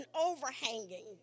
overhanging